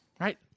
right